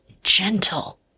gentle